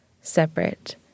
separate